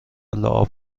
لعاب